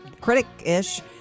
critic-ish